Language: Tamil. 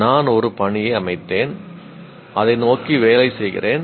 நான் ஒரு பணியை அமைத்தேன் அதை நோக்கி நான் வேலை செய்கிறேன்